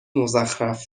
مزخرف